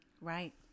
right